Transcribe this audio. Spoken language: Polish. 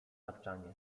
tapczanie